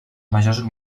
majors